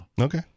Okay